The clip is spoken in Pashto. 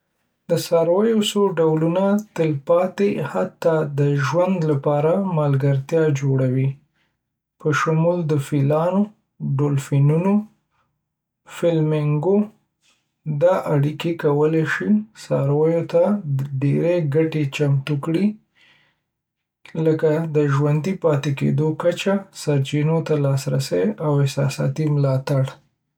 د څارویو څو ډولونه تلپاتې، حتی د ژوند لپاره، ملګرتیا جوړوي، په شمول د فیلانو، ډولفینونو او فلیمینګو. دا اړیکې کولی شي څارویو ته ډیری ګټې چمتو کړي، لکه د ژوندي پاتې کیدو کچه، سرچینو ته لاسرسی، او احساساتي ملاتړ.